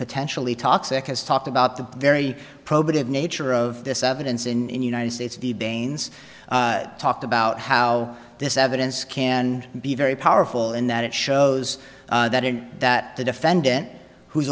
potentially toxic has talked about the very probative nature of this evidence in the united states the bains talked about how this evidence can be very powerful in that it shows that in that the defendant who's